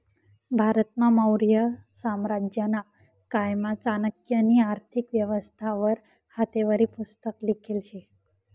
भारतमा मौर्य साम्राज्यना कायमा चाणक्यनी आर्थिक व्यवस्था वर हातेवरी पुस्तक लिखेल शे